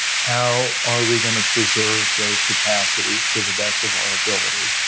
how are we gonna preserve those capacities to the best of our ability,